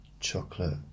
Chocolate